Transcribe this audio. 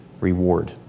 reward